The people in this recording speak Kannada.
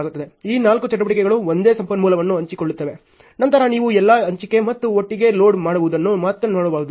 ಈ ನಾಲ್ಕು ಚಟುವಟಿಕೆಗಳು ಒಂದೇ ಸಂಪನ್ಮೂಲವನ್ನು ಹಂಚಿಕೊಳ್ಳುತ್ತವೆ ನಂತರ ನೀವು ಎಲ್ಲಾ ಹಂಚಿಕೆ ಮತ್ತು ಒಟ್ಟಿಗೆ ಲೋಡ್ ಮಾಡುವುದನ್ನು ಮಾತ್ರ ಮಾಡಬಹುದು